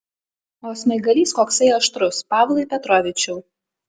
o smaigalys koksai aštrus pavlai petrovičiau